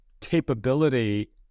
capability